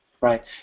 right